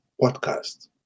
podcast